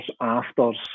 afters